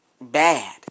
bad